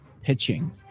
pitching